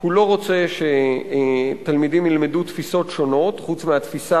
הוא לא רוצה שתלמידים ילמדו תפיסות שונות חוץ מהתפיסה